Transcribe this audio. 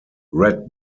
red